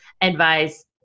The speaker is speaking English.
advise